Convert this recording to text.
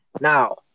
now